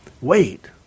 Wait